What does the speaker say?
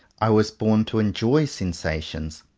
i was born to enjoy sensations,